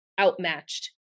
outmatched